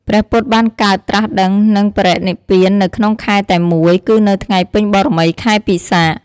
ព្រះពុទ្ធបានកើត ត្រាសដឹង និងបរិនិព្វាននៅក្នុងខែតែមួយ គឺនៅថ្ងៃពេញបូរមីខែពិសាខ ។